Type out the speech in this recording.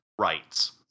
rights